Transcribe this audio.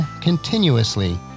continuously